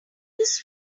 this